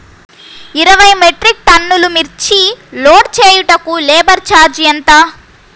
ఇరవై మెట్రిక్ టన్నులు మిర్చి లోడ్ చేయుటకు లేబర్ ఛార్జ్ ఎంత?